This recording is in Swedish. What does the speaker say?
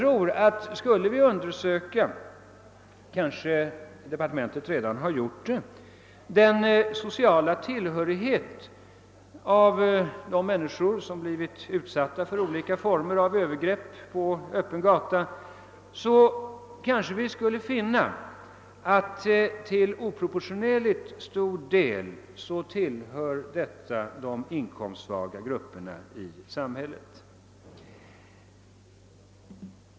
Om vi skulle undersöka — departementet kanske redan gjort det — den sociala tillhörigheten hos de människor som blivit utsatta för olika former av övergrepp på öppen gata, skulle vi kanske finna att de till oproportionerligt stor del tillhör de inkomstsvaga grupperna i samhället.